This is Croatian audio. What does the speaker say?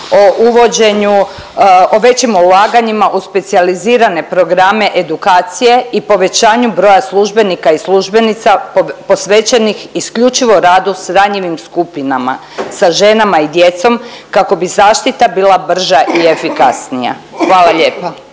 o većim ulaganjima u specijalizirane programe edukacije i povećanju broja službenika i službenica posvećenih isključivo radu s ranjivim skupinama sa ženama i djecom kako bi zaštita bila brža i efikasnija. Hvala lijepa.